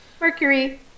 Mercury